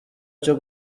cyo